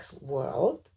world